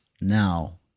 now